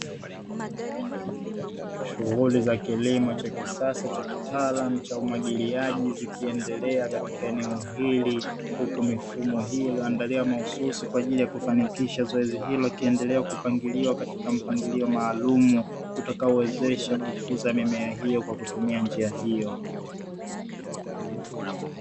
Shughuli za kilimo cha kisasa cha kitaalamu cha umwagiliaji zikiendelea katika eneo hili, huku mifumo hii iliyoandaliwa mahususi kwa ajili ya kufanikisha zoezi hilo ikiendelea kupangiliwa katika mpangilio maalum utakaowezesha kukuza mimea hiyo kwa kutumia njia hiyo.